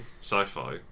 sci-fi